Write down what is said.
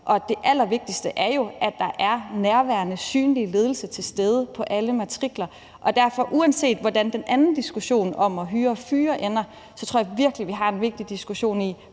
Og det allervigtigste er jo, at der en nærværende, synlig ledelse til stede på alle matrikler. Så uanset hvordan den anden diskussion om at hyre og fyre ender, tror jeg virkelig, at vi har en vigtig diskussion at